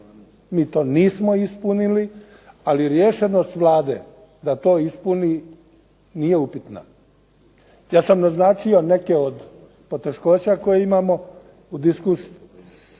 Mi to nismo ispunili, ali riješenost Vlade da to ispuni nije upitna. Ja sam naznačio neke od poteškoća koje imamo u diskusiji